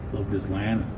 this land.